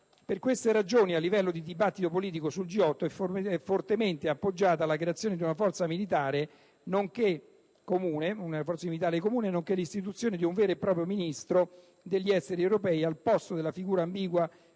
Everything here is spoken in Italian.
Per queste ragioni, a livello di dibattito politico sul G8, è fortemente appoggiata la creazione di una forza militare comune, nonché l'istituzione di un vero e proprio Ministro degli esteri europeo al posto della figura ambigua